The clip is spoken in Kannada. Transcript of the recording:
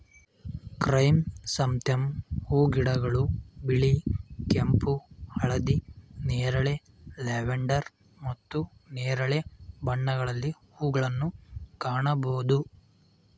ಕ್ರೈಸಂಥೆಂ ಹೂಗಿಡಗಳು ಬಿಳಿ, ಕೆಂಪು, ಹಳದಿ, ನೇರಳೆ, ಲ್ಯಾವೆಂಡರ್ ಮತ್ತು ನೇರಳೆ ಬಣ್ಣಗಳಲ್ಲಿ ಹೂಗಳನ್ನು ಕಾಣಬೋದು